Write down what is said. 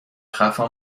خفا